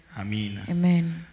Amen